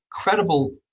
incredible